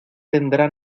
tendrá